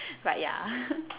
but ya